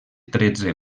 tretze